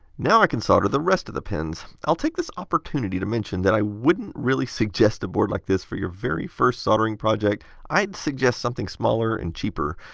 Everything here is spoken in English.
now i can solder the rest of the pins. i'll take this opportunity to mention that i wouldn't really suggest a board like this for your very first soldering project. i'd suggest something smaller and cheaper.